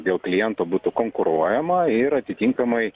dėl kliento būtų konkuruojama ir atitinkamai